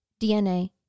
DNA